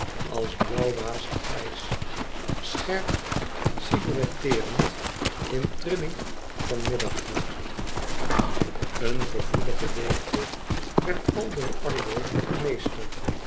als blauw wazig ijs scherp silhouetteerend in trilling van middaggloed een gevoelige weekte werd aldo ardo meester